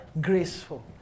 graceful